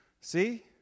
See